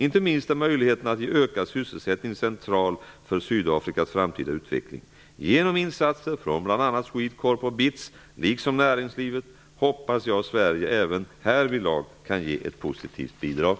Inte minst är möjligheterna att ge ökad sysselsättning centrala för Sydafrikas framtida utveckling. Genom insatser från bl.a. SWEDECORP och BITS, liksom näringslivet, hoppas jag Sverige även härvidlag kan ge ett positivt bidrag.